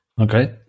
Okay